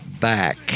back